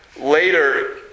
Later